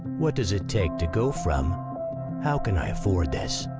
what does it take to go from how can i afford this,